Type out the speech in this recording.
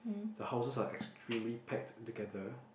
the houses are extremely packed together